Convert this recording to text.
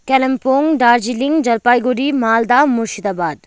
Kalimpong Darjeeling Jalpaiguri Malda Murshidabad